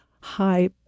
high